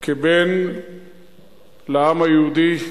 כבן לעם היהודי,